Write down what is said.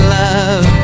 love